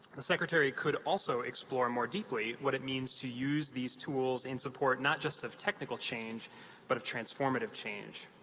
the secretary could also explore more deeply what it means to use these tools in support not just of technical change but of transformative change.